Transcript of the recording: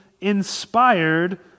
inspired